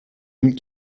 mille